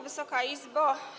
Wysoka Izbo!